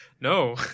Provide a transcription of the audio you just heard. No